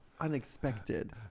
unexpected